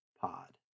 Pod